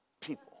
people